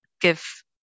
give